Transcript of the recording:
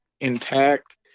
intact